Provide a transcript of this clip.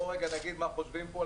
בוא רגע נגיד מה חושבים פה,